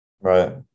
Right